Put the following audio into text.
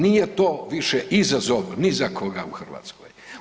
Nije to više izazov ni za koga u Hrvatskoj.